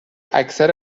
اکثر